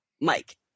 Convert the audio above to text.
Mike